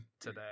today